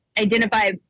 identify